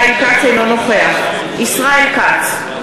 אינו נוכח ישראל כץ,